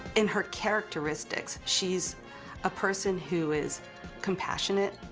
in her characteristics, she's a person who is compassionate.